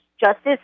Justice